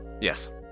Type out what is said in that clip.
Yes